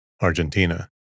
Argentina